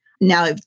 Now